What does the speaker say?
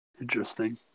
Interesting